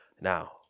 Now